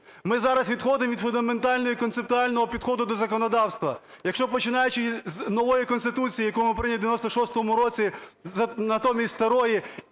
Ми зараз відходимо від фундаментального і концептуального підходу до законодавства. Якщо починаючи з нової Конституції, яку ми прийняли в 96-му році натомість старої,